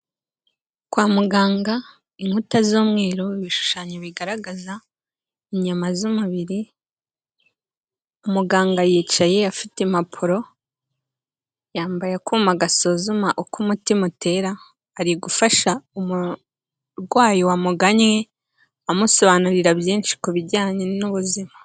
Kwa muganga inkuta z'umweru ibishushanyo bigaragaza inyama z'umubiri muganga yicaye afite impapuro, yambaye akuma gasuzuma uko umutima utera ari gufasha umurwayi wa muganye amusobanurira byinshi ku bijyanye n'ubuzima.